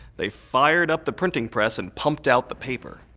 they fired up the printing press and pumped out the paper.